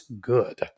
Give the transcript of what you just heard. good